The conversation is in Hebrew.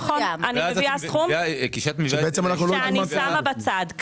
נכון, אני מביאה סכום שאני שמה בצד.